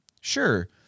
sure